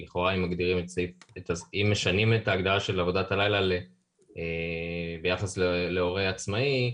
כי לכאורה אם משנים את ההגדרה של עבודת הלילה ביחס להורה עצמאי,